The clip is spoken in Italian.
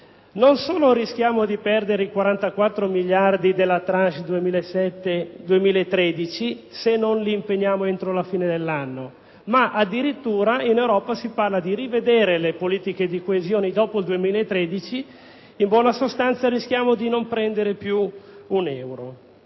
Non solo rischiamo di perdere i 44 miliardi di euro della *tranche* 2007-2013, se non saranno impegnati entro la fine dell'anno, ma addirittura, in ambito europeo, si parla di rivedere le politiche di coesione dopo il 2013. In buona sostanza, rischiamo di non prendere più neanche